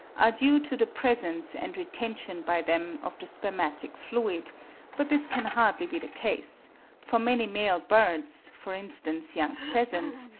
are due to the presence and retention by them of the spermatic fluid but this can hardly be the case for many male birds, for instance young pheasants,